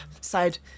side